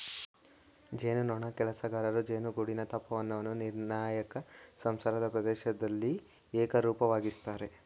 ಜೇನುನೊಣ ಕೆಲಸಗಾರರು ಜೇನುಗೂಡಿನ ತಾಪಮಾನವನ್ನು ನಿರ್ಣಾಯಕ ಸಂಸಾರದ ಪ್ರದೇಶ್ದಲ್ಲಿ ಏಕರೂಪವಾಗಿಸ್ತರೆ